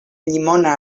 llimona